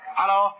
hello